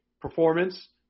performance